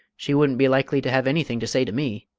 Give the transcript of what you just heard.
she wouldn't be likely to have anything to say to me.